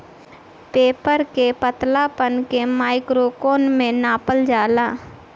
paper के पतलापन के माइक्रोन में नापल जाला